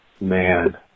man